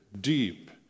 deep